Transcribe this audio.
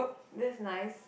that's nice